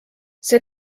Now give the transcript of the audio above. see